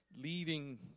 leading